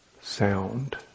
sound